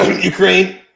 Ukraine